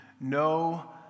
no